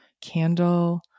candle